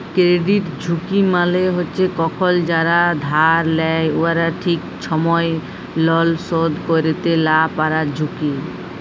credit ঝুঁকি মালে হছে কখল যারা ধার লেয় উয়ারা ঠিক ছময় লল শধ ক্যইরতে লা পারার ঝুঁকি